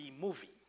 movie